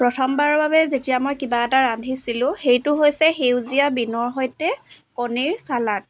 প্ৰথমবাৰৰ বাবে যেতিয়া মই কিবা এটা ৰান্ধিছিলোঁ সেইটো হৈছে সেউজীয়া বীনৰ সৈতে কণীৰ ছালাদ